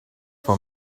for